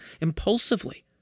impulsively